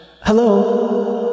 hello